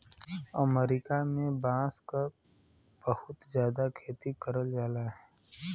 अमरीका में बांस क बहुत जादा खेती करल जाला